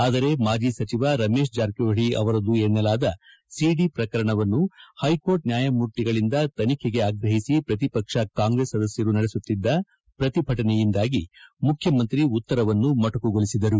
ಆದರೆ ಮಾಜಿ ಸಚಿವ ರಮೇಶ್ ಜಾರಕಿಹೊಳಿ ಅವರದು ಎನ್ನಲಾದ ಸಿಡಿ ಪ್ರಕರಣವನ್ನು ಹೈಕೋರ್ಟ್ ನ್ನಾಯಮೂರ್ತಿಗಳಿಂದ ತನಿಖೆಗೆ ಆಗ್ರಹಿಸಿ ಪ್ರತಿಪಕ್ಷ ಕಾಂಗ್ರೆಸ್ ಸದಸ್ಯರು ನಡೆಸುತ್ತಿದ್ದ ಪ್ರತಿಭಟನೆಯಿಂದಾಗಿ ಮುಖ್ಯಮಂತ್ರಿ ಉತ್ತರವನ್ನು ಮೊಟಕುಗೊಳಿಸಿದರು